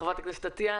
חברת הכנסת עטיה,